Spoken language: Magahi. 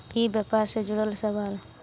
ई व्यापार से जुड़ल सवाल?